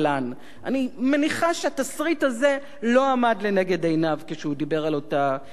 אני מניחה שהתסריט הזה לא עמד לנגד עיניו כשהוא דיבר על אותה בוררות.